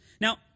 Now